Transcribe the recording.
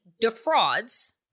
defrauds